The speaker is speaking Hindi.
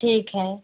ठीक है